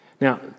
Now